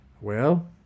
Well